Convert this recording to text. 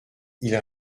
ils